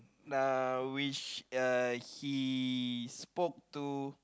uh which uh he spoke to